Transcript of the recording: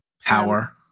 Power